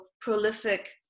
prolific